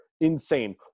insane